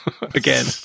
again